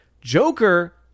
Joker